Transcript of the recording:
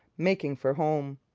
making for home.